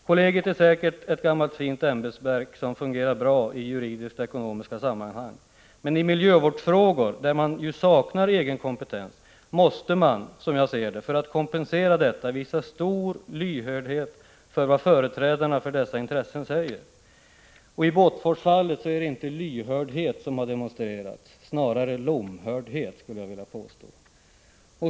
Kollegiet är säkert ett gammalt fint ämbetsverk, som fungerar bra i juridiskt-ekonomiska sammanhang, men i miljövårdsfrågor — där man ju saknar egen kompetens — måste man, som jag ser det, för att kompensera detta visa stor lyhördhet för vad företrädarna för dessa intressen säger. I Båtforsfallet är det inte lyhördhet som har demonstrerats — snarare lomhördhet.